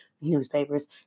newspapers